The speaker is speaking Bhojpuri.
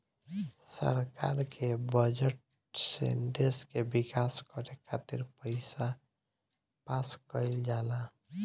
सरकार के बजट से देश के विकास करे खातिर पईसा पास कईल जाला